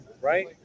right